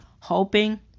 hoping